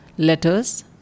Letters